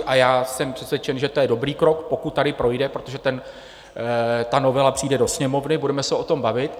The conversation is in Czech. A já jsem přesvědčen, že to je dobrý krok, pokud tady projde, protože ta novela přijde do Sněmovny, budeme se o tom bavit.